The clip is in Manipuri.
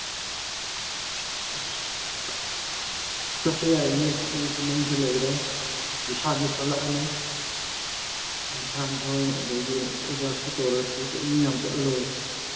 ꯆꯠꯁꯦ ꯌꯥꯏꯌꯦꯅꯦ ꯑꯩꯁꯨ ꯅꯪꯁꯨ ꯂꯩꯔꯦ ꯚꯤꯁꯥꯟꯁꯨ ꯊꯣꯛꯂꯛꯑꯅꯤ ꯑꯂꯤ ꯈꯥꯟꯈꯣꯏ ꯑꯗꯒꯤ ꯑꯦꯖꯥꯁꯀ ꯇꯧꯔ ꯈꯣꯏ ꯃꯤ ꯌꯥꯝ ꯆꯠꯂ ꯂꯣꯏꯔꯦ